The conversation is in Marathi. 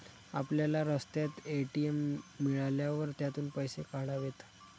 आपल्याला रस्त्यात ए.टी.एम मिळाल्यावर त्यातून पैसे काढावेत